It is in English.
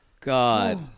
God